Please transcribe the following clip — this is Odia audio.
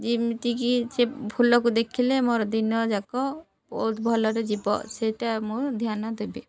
ଯେମିତିକି ସେ ଫୁଲକୁ ଦେଖିଲେ ମୋର ଦିନଯାକ ବହୁତ ଭଲରେ ଯିବ ସେଇଟା ମୁଁ ଧ୍ୟାନ ଦେବେ